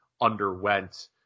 underwent